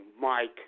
Mike